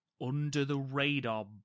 under-the-radar